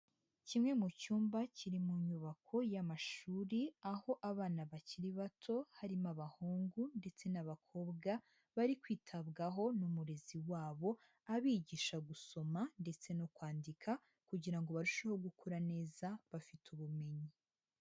Kimwe mu cyumba kiri mu nyubako y'amashuri, aho abana bakiri bato harimo abahungu ndetse n'abakobwa, bari kwitabwaho n'umurezi wabo, abigisha gusoma ndetse no kwandika, kugira ngo barusheho gukura neza bafite ubumenyi.